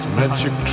magic